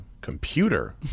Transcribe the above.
computer